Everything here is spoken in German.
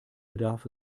bedarf